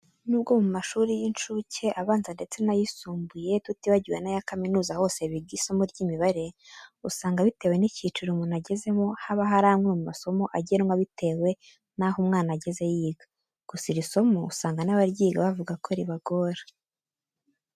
Nubwo mu mashuri y'incuke, abanza, ndetse n'ayisumbuye tutibagiwe n'aya kaminuza hose biga isomo ry'imibare, usanga bitewe n'icyiciro umuntu agezemo, haba hari amwe mu masomo agenwa bitewe naho umwana ageze yiga. Gusa, iri somo usanga n'abaryiga bavuga ko ribagora.